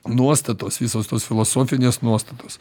nuostatos visos tos filosofinės nuostatos